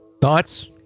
Thoughts